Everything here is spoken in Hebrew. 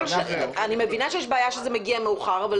אני מבינה שיש בעיה שזה מגיע מאוחר אבל